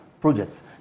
projects